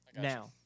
Now